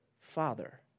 Father